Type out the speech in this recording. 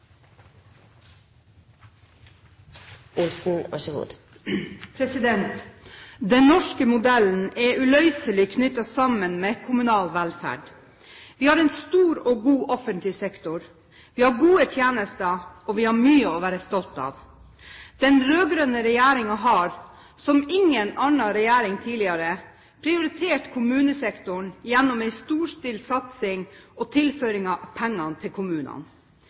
stor og god offentlig sektor. Vi har gode tjenester, og vi har mye å være stolte av. Den rød-grønne regjeringen har, som ingen annen regjering tidligere, prioritert kommunesektoren gjennom en storstilt satsing og tilføring av penger til kommunene.